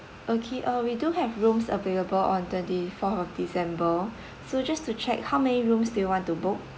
okay uh we do have rooms available on twenty fourth of december so just to check how many rooms do you want to book